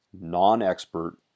non-expert